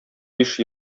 биш